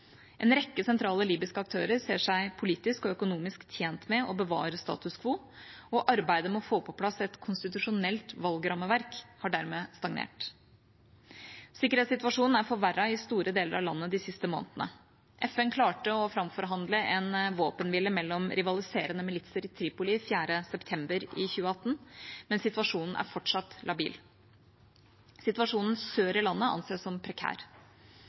En rekke sentrale libyske aktører ser seg politisk og økonomisk tjent med å bevare status quo, og arbeidet med å få på plass et konstitusjonelt valgrammeverk har dermed stagnert. Sikkerhetssituasjonen er forverret i store deler av landet de siste månedene. FN klarte å framforhandle en våpenhvile mellom rivaliserende militser i Tripoli 4. september 2018, men situasjonen er fortsatt labil. Situasjonen sør i landet anses som prekær.